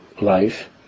life